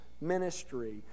ministry